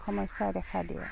সমস্যাই দেখা দিয়ে